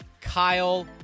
Kyle